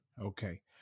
Okay